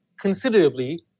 Considerably